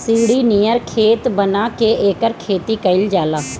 सीढ़ी नियर खेत बना के एकर खेती कइल जाला